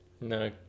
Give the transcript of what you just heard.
No